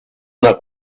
una